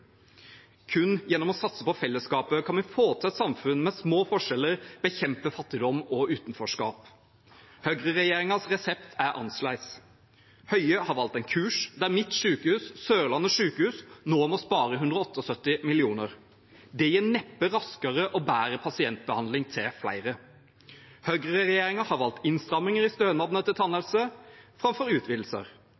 Kun gjennom å satse på fellesskapet kan vi få til et samfunn med små forskjeller og bekjempe fattigdom og utenforskap. Høyreregjeringens resept er annerledes. Statsråd Høie har valgt en kurs der mitt sykehus, Sørlandet sykehus, nå må spare 178 mill. kr. Det gir neppe raskere og bedre pasientbehandling til flere. Høyreregjeringen har valgt innstramminger i